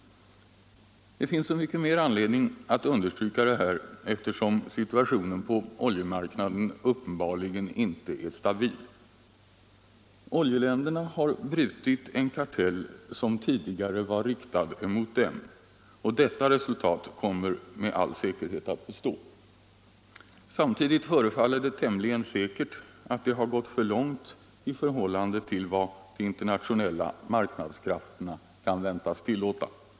Det finns så mycket mer anledning att understryka detta som situationen på oljemarknaden uppenbarligen inte är stabil. Oljeländerna har brutit en kartell som tidigare var riktad mot dem. Detta resultat kommer med all säkerhet att bestå. Samtidigt förefaller det tämligen säkert att de har gått för långt i förhållande till vad de internationella marknadskrafterna kan väntas tillåta.